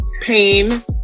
pain